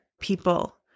people